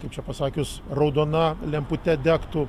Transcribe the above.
kaip čia pasakius raudona lempute degtų